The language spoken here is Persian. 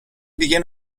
دیگه